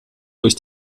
durch